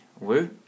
Woo